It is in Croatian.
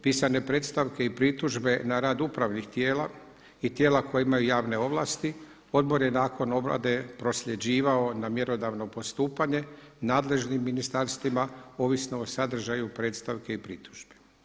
Pisane predstavke i pritužbe na rad upravnih tijela i tijela koje imaju javne ovlasti, Odbor je nakon obrade prosljeđivao na mjerodavno postupanje nadležnim ministarstvima ovisno o sadržaju predstavki i pritužbi.